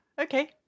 okay